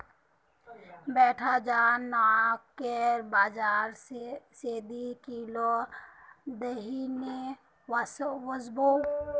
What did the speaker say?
बेटा जा नाकेर बाजार स दी किलो दही ने वसबो